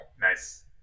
Nice